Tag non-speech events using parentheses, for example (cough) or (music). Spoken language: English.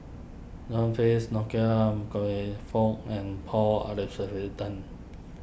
John Fearns Nicoll (unintelligible) Fook and Paul (unintelligible)